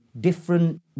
different